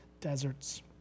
deserts